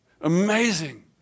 amazing